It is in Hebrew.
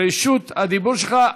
רשות הדיבור שלך.